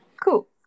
cool